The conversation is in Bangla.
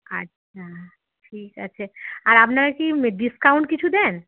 আচ্ছা ঠিক আছে আর আপনারা কি ডিসকাউন্ট কিছু দেন